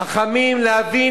חכמים להבין